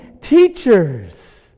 teachers